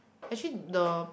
actually the